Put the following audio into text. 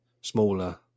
smaller